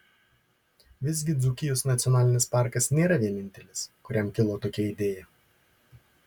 visgi dzūkijos nacionalinis parkas nėra vienintelis kuriam kilo tokia idėja